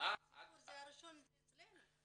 --- הראשון זה אצלנו.